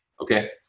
okay